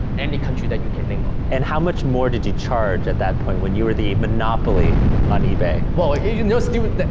any country that you can name off. and how much more did you charge, at that point, when you were the monopoly on ebay? well, ah you know, still with that,